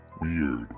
Weird